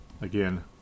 Again